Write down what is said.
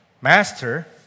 Master